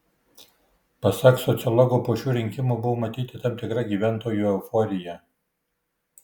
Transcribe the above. pasak sociologo po šių rinkimų buvo matyti tam tikra gyventojų euforija